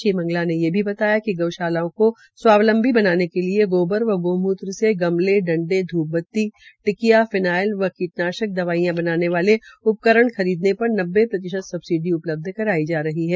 श्री मंगला ने ये भी बताया कि गऊशालाओं को स्वावलंबी बनाने के लिए गोबर व गोमुत्र से गमले इडे ध्रपबती टिकिया फिनाइल व कीटनाशक दवाईयां बनाने वाले उपकरण खरीदने पर नब्बे प्रतिशत सबसिडी उपलब्ध कराई जा रही है